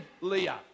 Leah